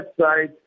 website